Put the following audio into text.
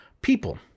people